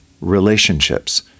relationships